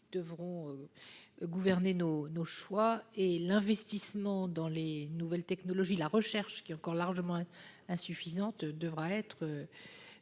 qui gouverneront nos choix. L'investissement dans les nouvelles technologies et la recherche, qui est encore largement insuffisante, devra être